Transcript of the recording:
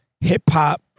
hip-hop